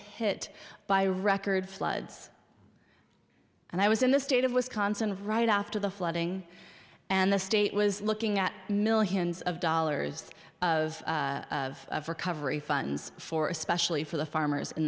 hit by record floods and i was in the state of wisconsin right after the flooding and the state was looking at millions of dollars of recovery funds for especially for the farmers in